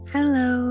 Hello